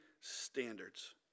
standards